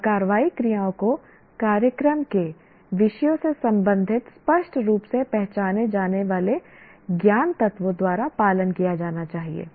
और कार्रवाई क्रियाओं को कार्यक्रम के विषयों से संबंधित स्पष्ट रूप से पहचाने जाने वाले ज्ञान तत्वों द्वारा पालन किया जाना चाहिए